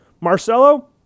Marcelo